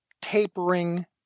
tapering